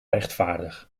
rechtvaardig